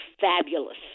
fabulous